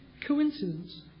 coincidence